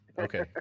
Okay